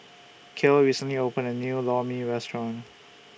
Cale recently opened A New Lor Mee Restaurant